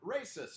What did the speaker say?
racist